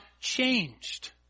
changed